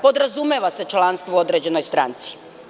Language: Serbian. Podrazumeva se članstvo u određenoj stranci.